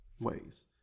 ways